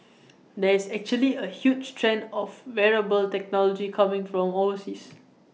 there is actually A huge trend of wearable technology coming from overseas